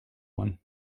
one